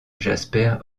jasper